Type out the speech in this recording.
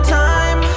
time